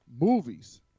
movies